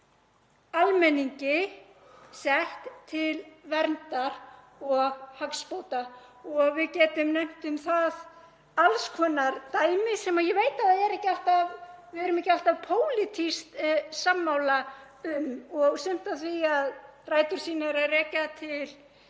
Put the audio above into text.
almenningi til verndar og hagsbóta. Við getum nefnt um það alls konar dæmi sem ég veit að við erum ekki alltaf pólitískt sammála um, sumt af því á rætur sínar að rekja til